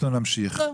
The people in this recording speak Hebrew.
אנחנו נמשיך.